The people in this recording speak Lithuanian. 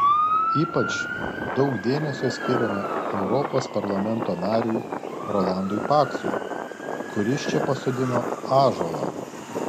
ypač daug dėmesio skiriama europos parlamento nariui rolandui paksui kuris čia pasodino ąžuolą